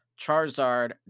Charizard